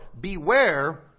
beware